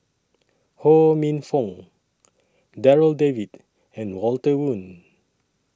Ho Minfong Darryl David and Walter Woon